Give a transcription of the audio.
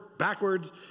backwards